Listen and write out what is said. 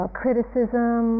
criticism